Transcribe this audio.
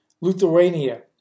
Lithuania